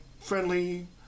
friendly